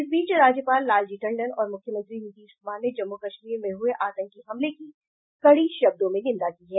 इस बीच राज्यपाल लालजी टंडन और मुख्यमंत्री नीतीश कुमार ने जम्मू कश्मीर में हुए आतंकी हमले की कड़ी शब्दों में निन्दा की है